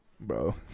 bro